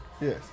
Yes